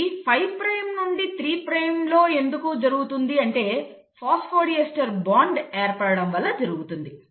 ఇది 5 ప్రైమ్ నుండి 3 ప్రైమ్లలో ఎందుకు జరుగుతుందంటే ఫాస్ఫోడీస్టర్ బాండ్ ఏర్పడటం వలన జరుగుతుంది